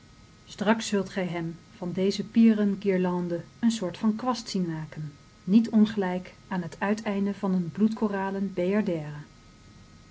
straks zult gij hem van dezen pierenguirlande een soort van kwast zien maken niet ongelijk aan het uiteinde van een